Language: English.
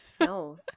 No